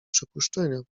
przypuszczenia